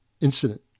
incident